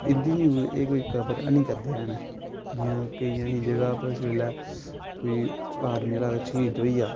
इं'दी न्यूज एह् कोई कवर हैनी करदे हैन जियां केइयें जगह उप्पर इसलै कोई आर्मी आह्ला श्हीद होई जा